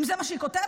אם זה מה שהיא כותבת?